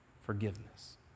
Forgiveness